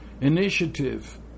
initiative